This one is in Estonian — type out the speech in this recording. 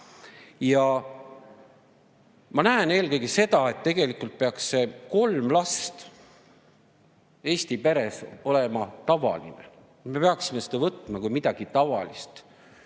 Ma näen eelkõige seda, et tegelikult peaks kolm last Eesti peres olema tavaline. Me peaksime seda võtma kui midagi tavalist,